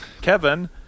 Kevin